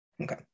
Okay